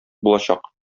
булачак